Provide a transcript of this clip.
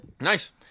Nice